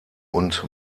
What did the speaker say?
und